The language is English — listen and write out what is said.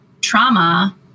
trauma